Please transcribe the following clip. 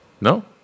No